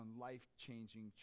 life-changing